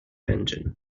engine